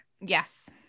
Yes